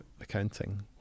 accounting